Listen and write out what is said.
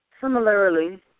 Similarly